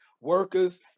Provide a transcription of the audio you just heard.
workers